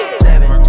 seven